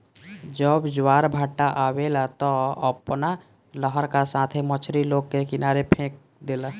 जब ज्वारभाटा आवेला त उ अपना लहर का साथे मछरी लोग के किनारे फेक देला